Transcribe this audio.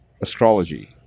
astrology